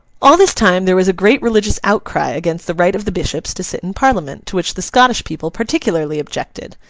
all this time there was a great religious outcry against the right of the bishops to sit in parliament to which the scottish people particularly objected.